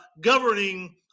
governing